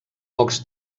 pocs